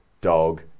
dog